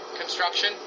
construction